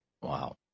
wow